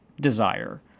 desire